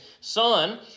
son